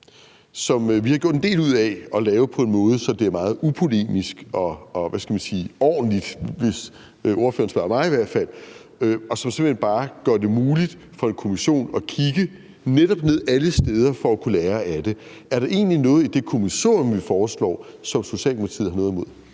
har vi gjort en del ud af at lave det på en måde, så det er meget upolemisk og ordentligt, i hvert fald hvis ordføreren spørger mig, og så det simpelt hen bare gør det muligt for en kommission netop at kigge ned alle steder for at kunne lære af det. Er der egentlig noget i det kommissorium, som vi foreslår, som Socialdemokratiet har noget imod?